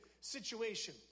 situation